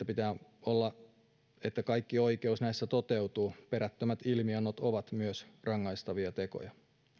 pitää olla niin että kaikki oikeus näissä toteutuu ja perättömät ilmiannot ovat myös rangaistavia tekoja